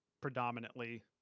predominantly